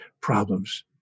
problems